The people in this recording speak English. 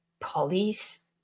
police